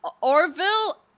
Orville